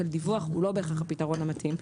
של דיווח הוא לא בהכרח הפתרון המתאים,